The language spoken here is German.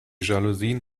jalousien